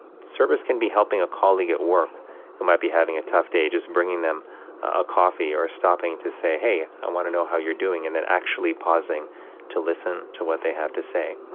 service can be helping a colleague at work who might be having a tough day, just bringing them a coffee or stopping to say, hey i want to know how you're doing and then actually pausing to listen to what they have to say